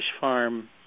farm